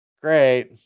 great